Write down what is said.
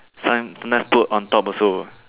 sometimes put on top also